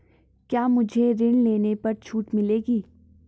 क्या मुझे ऋण लेने पर छूट मिलेगी?